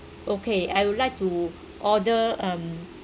okay I will like to order um